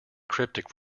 cryptic